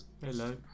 Hello